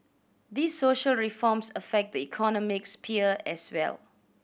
these social reforms affect the economic sphere as well